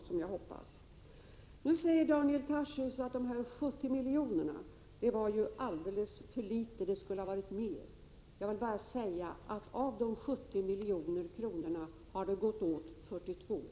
Daniel Tarschys säger att de 70 miljonerna var alldeles för litet — det skulle ha varit mer. Jag vill bara säga att av de 70 milj.kr. har 42 miljoner gått åt.